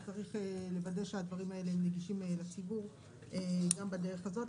וצריך לוודא שהדברים האלה נגישים לציבור גם בדרך הזאת.